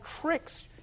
tricks